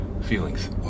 Feelings